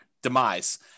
Demise